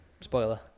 spoiler